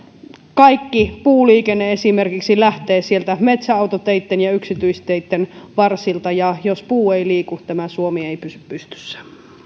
kaikki puuliikenne lähtee sieltä metsäautoteitten ja yksityisteitten varsilta ja jos puu ei liiku tämä suomi ei pysy pystyssä